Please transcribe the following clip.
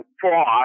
fraud